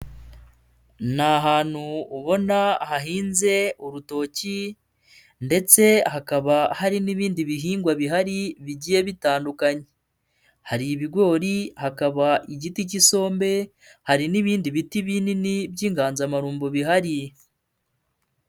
Ni ahantu ubona hahinze urutoki ndetse hakaba hari n'ibindi bihingwa bihari bigiye bitandukanye, hari ibigori, hakaba igiti cy'isombe, hari n'ibindi biti binini by'inganzamarumbo bihari.